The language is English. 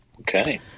Okay